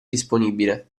disponibile